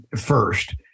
first